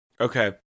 Okay